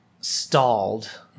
stalled